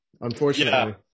Unfortunately